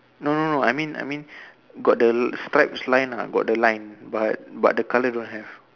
no no no I mean I mean got the stripes line ah got the line but but the colour don't have